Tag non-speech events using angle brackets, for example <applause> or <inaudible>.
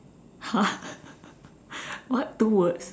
!huh! <laughs> what two words